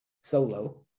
solo